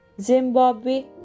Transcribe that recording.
Zimbabwe